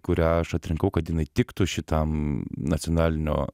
kurią aš atrinkau kad jinai tiktų šitam nacionalinio